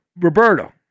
Roberto